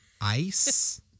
Ice